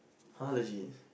[huh] legits